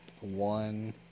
one